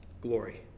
glory